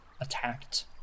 attacked